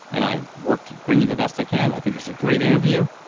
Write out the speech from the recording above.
and i work to bring you the best i can. i think this is a great interview,